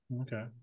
Okay